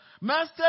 Master